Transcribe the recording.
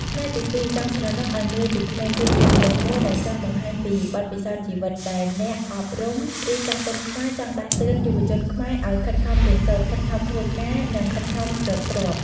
ផ្នែកទី២«ចង់ស្រណុកឱ្យនឿយពីក្មេង» គឺជាគំនិតមួយដែលចង់បង្ហាញពីបទពិសោធន៍ជីវិត ដែលអ្នកអប់រំ ឬចាស់ទុំខ្មែរចង់ដាស់តឿនយុវជនខ្មែរឱ្យខិតខំរៀនសូត្រ ខិតខំធ្វើការ និងខិតខំរកទ្រព្យ។